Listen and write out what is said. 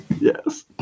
Yes